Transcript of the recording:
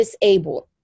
disabled